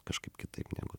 kažkaip kitaip negu